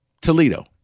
Toledo